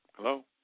Hello